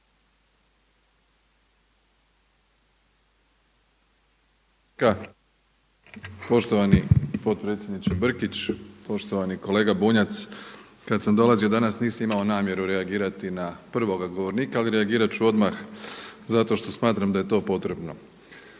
Poštovani potpredsjedniče Brkić, poštovani kolega Bunjac. Kada sam dolazio danas nisam imao namjeru reagirati na prvoga govornika, ali reagirat ću odmah zato što smatram da je to potrebno.